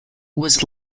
was